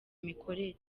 imikorere